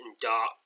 dark